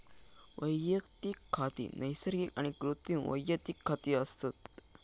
वैयक्तिक खाती नैसर्गिक आणि कृत्रिम वैयक्तिक खाती असत